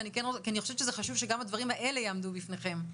כי אני חושבת שחשוב שגם הדברים האלה יעמדו בפניכם.